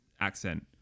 accent